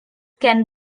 can